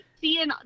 seeing